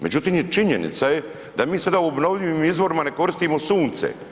Međutim, činjenica je da mi sada u obnovljivim izvorima ne koristimo sunce.